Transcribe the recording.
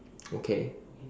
okay